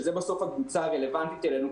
שזו הקבוצה הרלוונטית לנו,